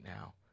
now